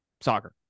Soccer